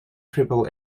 triple